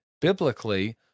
biblically